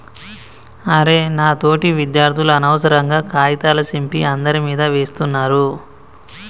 అరె నా తోటి విద్యార్థులు అనవసరంగా కాగితాల సింపి అందరి మీదా వేస్తున్నారు